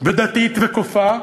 ודתית וכופה,